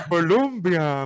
Colombia